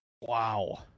Wow